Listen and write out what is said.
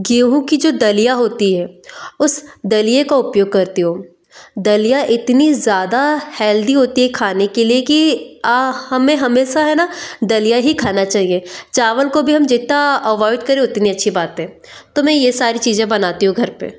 गेहूँ की जो दलिया होती है उस दलिये का उपयोग करती हूँ दलिया इतनी ज़्यादा हेल्थी होती है खाने के लिए कि हमें हमेशा है ना दलिया ही खाना चाहिए चावल को हम जितना अवोइड करें उतनी अच्छी बात है तो मैं यह सारी चीज़ें बनाती हूँ घर पर